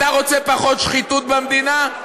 אתה רוצה פחות שחיתות במדינה?